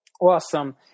Awesome